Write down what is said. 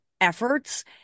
efforts